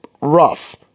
rough